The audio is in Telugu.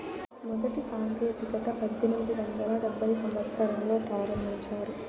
మొదటి సాంకేతికత పద్దెనిమిది వందల డెబ్భైవ సంవచ్చరంలో ప్రారంభించారు